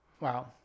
Wow